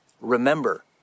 remember